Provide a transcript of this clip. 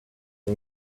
day